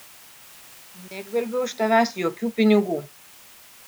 negvelbiau iš tavęs jokių pinigų